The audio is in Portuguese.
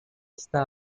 está